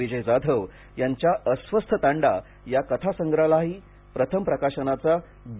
विजय जाधव यांच्या अस्वस्थ तांडा या कथा संग्रहालाही प्रथम प्रकाशनाचा ग